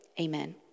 Amen